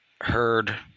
heard